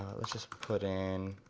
let's just put in